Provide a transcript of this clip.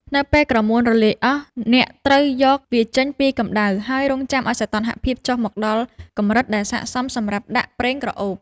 នៅពេលក្រមួនរលាយអស់ អ្នកត្រូវយកវាចេញពីកម្ដៅ ហើយរង់ចាំឱ្យសីតុណ្ហភាពចុះមកដល់កម្រិតដែលស័ក្តិសមសម្រាប់ដាក់ប្រេងក្រអូប។